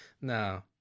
No